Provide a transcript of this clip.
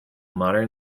modern